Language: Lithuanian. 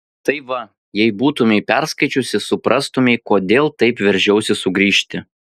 tai va jei būtumei perskaičiusi suprastumei kodėl taip veržiausi sugrįžti